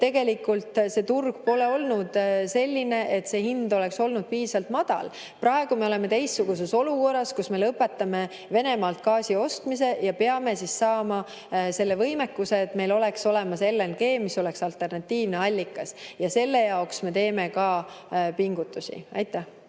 tegelikult see turg pole olnud selline, et see hind oleks olnud piisavalt madal. Praegu me oleme teistsuguses olukorras, kus me lõpetame Venemaalt gaasi ostmise ja peame saama selle võimekuse, et meil oleks olemas LNG, mis oleks alternatiivne allikas. Ja selle jaoks me teeme ka pingutusi. Nüüd